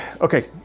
Okay